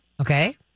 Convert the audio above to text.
Okay